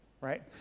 right